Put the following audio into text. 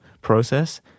process